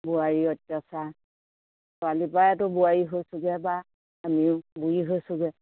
বোৱাৰী অত্যাচাৰ ছোৱালীৰ পৰাইতো বোৱাৰী হৈছোগৈ বা আমিও বুঢ়ী হৈছোগৈ